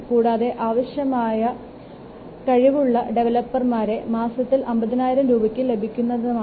കൂടാതെ ആവശ്യമായ കഴിവുള്ള ഡെവലപ്പർമാരെ മാസത്തിൽ 50000 രൂപയ്ക്ക് ലഭിക്കുന്നതുമാണ്